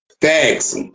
Thanks